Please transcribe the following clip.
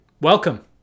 welcome